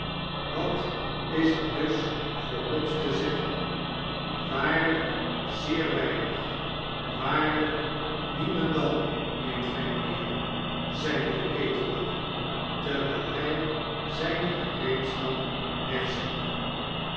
wat is er dus voor mopes te zeggen b waarlnk zeer weinig waarlyk niemendal meent gy mijnheer zeide de ketellapper terwyl hij zyn gereedschap wegstak